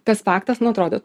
tas faktas nu atrodo